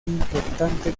importante